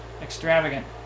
extravagant